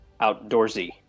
outdoorsy